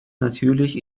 natürlich